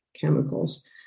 chemicals